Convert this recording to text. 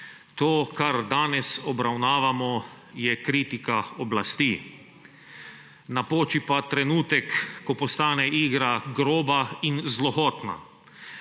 To, kar danes obravnavamo, je kritika oblasti. Napoči pa trenutek, ko postane igra groba in zlohotna.